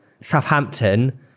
Southampton